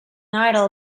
idol